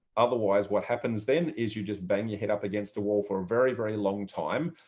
otherwise, what happens then is you just bang your head up against the wall for a very, very long time.